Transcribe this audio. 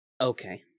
Okay